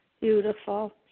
Beautiful